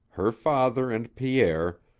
her father and pierre,